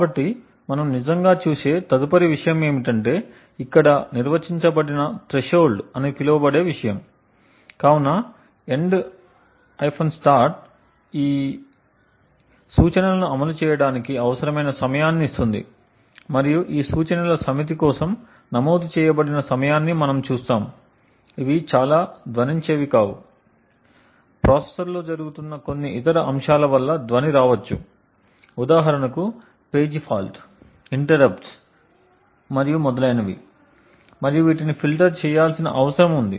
కాబట్టి మనం నిజంగా చూసే తదుపరి విషయం ఏమిటంటే ఇక్కడ నిర్వచించబడిన థ్రెషోల్డ్ అని పిలువబడే విషయం కావున ఎండ్ - స్టార్ట్ ఈ 8 సూచనలను అమలు చేయడానికి అవసరమైన సమయాన్ని ఇస్తుంది మరియు ఈ సూచనల సమితి కోసం నమోదు చేయబడిన సమయాన్ని మనము చూస్తాము ఇవి చాలా ధ్వనించేవి కావచ్చు ప్రాసెసర్లో జరుగుతున్న కొన్ని ఇతర అంశాల వల్ల ధ్వని రావచ్చు ఉదాహరణకు పేజీ ఫాల్ట్ ఇంటరప్ట్స్ మరియు మొదలైనవి మరియు వీటిని ఫిల్టర్ చేయాల్సిన అవసరం ఉంది